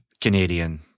canadian